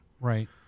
Right